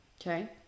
Okay